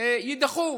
יידחו,